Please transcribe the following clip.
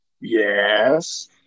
Yes